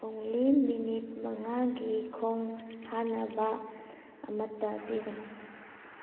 ꯑꯣꯡꯂꯤ minute ꯃꯉꯥꯒꯤ ꯈꯣꯡ ꯍꯥꯅꯕ ꯑꯃꯠꯇ ꯄꯤꯒꯅꯨ